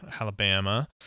Alabama